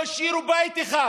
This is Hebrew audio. לא השאירו בית אחד